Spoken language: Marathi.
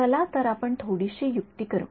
चला तर आपण थोडीशी युक्ती करू